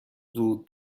زود